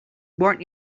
born